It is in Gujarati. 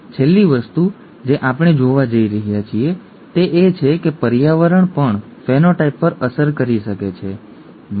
છેલ્લી વસ્તુ જે આપણે જોવા જઈ રહ્યા છીએ તે એ છે કે પર્યાવરણ પણ ફેનોટાઈપ પર અસર કરી શકે છે ઠીક છે